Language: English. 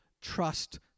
trust